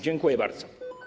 Dziękuję bardzo.